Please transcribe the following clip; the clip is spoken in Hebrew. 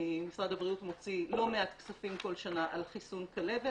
משרד הבריאות מוציא לא מעט כספים כל שנה על חיסון כלבת